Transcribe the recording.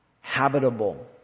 habitable